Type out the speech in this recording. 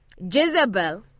Jezebel